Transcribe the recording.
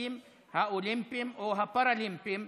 המשחקים האולימפיים או הפראלימפיים),